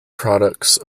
products